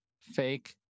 fake